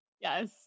yes